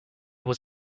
was